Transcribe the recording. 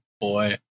boy